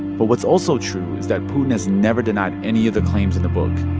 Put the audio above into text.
but what's also true is that putin has never denied any of the claims in the book.